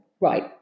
right